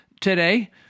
today